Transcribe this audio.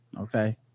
Okay